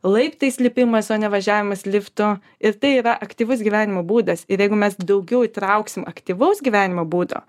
laiptais lipimas o ne važiavimas liftu ir tai yra aktyvus gyvenimo būdas ir jeigu mes daugiau įtrauksim aktyvaus gyvenimo būdo